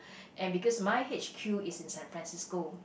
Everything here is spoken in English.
and because my h_q is in San-Francisco